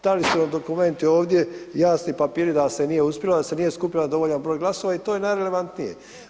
Da li su vam dokumenti ovdje, jasni papiri da se nije uspjelo, da se nije skupio dovoljan broj glasova i to je najrelevantnije?